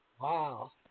Wow